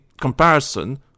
comparison